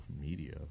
media